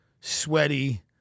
sweaty